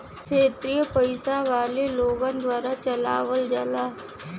क्षेत्रिय पइसा वाले लोगन द्वारा चलावल जाला